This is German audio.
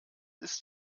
ist